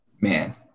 man